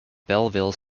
belleville